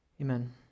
amen